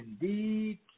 indeed